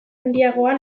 handiagoan